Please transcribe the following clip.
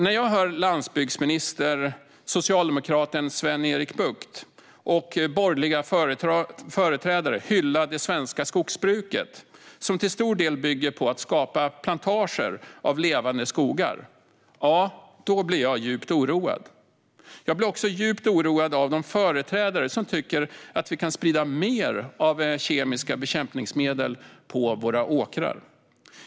När jag hör landsbygdsministern, socialdemokraten Sven-Erik Bucht, och borgerliga företrädare hylla det svenska skogsbruket, som till stor del bygger på att skapa plantager av levande skogar, blir jag djupt oroad. Jag blir också djupt oroad av de företrädare som tycker att vi kan sprida mer kemiska bekämpningsmedel på våra åkrar.